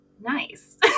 nice